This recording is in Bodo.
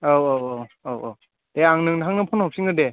औ औ औ औ दे आं नोंथांनो फन हरफिनगोन दे